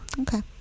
okay